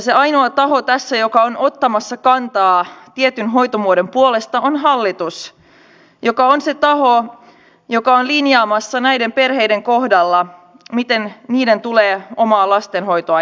se ainoa taho tässä joka on ottamassa kantaa tietyn hoitomuodon puolesta on hallitus joka on se taho joka on linjaamassa näiden perheiden kohdalla miten niiden tulee oma lastenhoitonsa järjestää